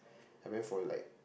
I went for like